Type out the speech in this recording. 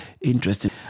interesting